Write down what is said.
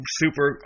super